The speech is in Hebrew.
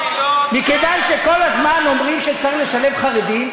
מכיוון שכל הזמן אומרים שצריך לשלב חרדים,